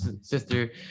sister